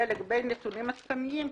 ולגבי נתונים עדכניים,